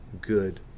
good